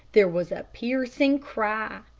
there was a piercing cry.